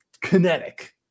kinetic